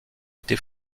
été